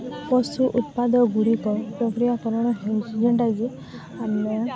ପଶୁ ଉତ୍ପାଦଗୁଡ଼ିକ ପ୍ରକ୍ରିୟାକରଣ